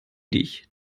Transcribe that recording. dich